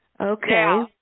Okay